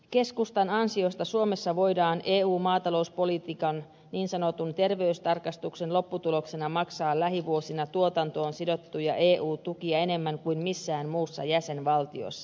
keskustan ansiosta suomessa voidaan eu maatalouspolitiikan niin sanotun terveystarkastuksen lopputuloksena maksaa lähivuosina tuotantoon sidottuja eu tukia enemmän kuin missään muussa jäsenvaltiossa